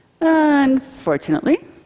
Unfortunately